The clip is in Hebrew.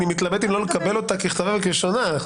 אני מתלבט אם לא לקבל אותה ככתבה וכלשונה.